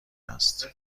است